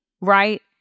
right